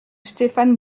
stéphane